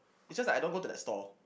it's just that I don't go to that stall